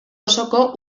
osoko